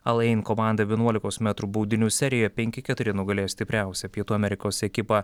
al ein komanda vienuolikos metrų baudinių serijoje penki keturi nugalėjo stipriausią pietų amerikos ekipą